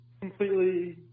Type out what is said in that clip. completely